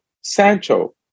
Sancho